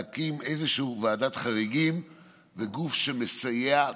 להקים איזושהי ועדת חריגים וגוף שמסייע.